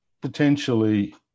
potentially